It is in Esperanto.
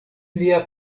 lia